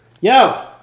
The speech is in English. Yo